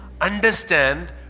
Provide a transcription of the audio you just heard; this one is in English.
understand